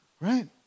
Right